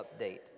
update